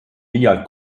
liialt